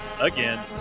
again